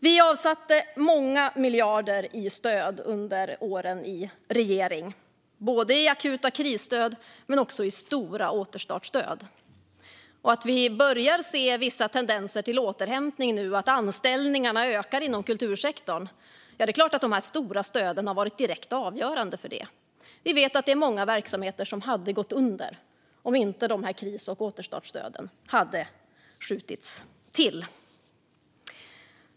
Vi avsatte många miljarder i stöd under åren i regering, både i akuta krisstöd och i stora återstartsstöd, och det är klart att dessa stora stöd har varit direkt avgörande för att vi nu börjar se vissa tendenser till återhämtning och att anställningarna ökar inom kultursektorn. Vi vet att det är många verksamheter som hade gått under om inte kris och återstartsstöden hade skjutits till.